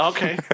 Okay